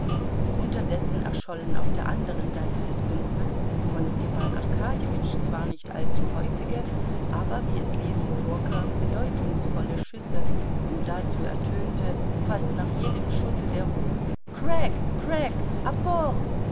unterdessen erschollen auf der andern seite des sumpfes von stepan arkadjewitsch zwar nicht allzu häufige aber wie es ljewin vorkam bedeutungsvolle schüsse und dazu ertönte fast nach jedem schusse der ruf crack crack